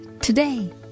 today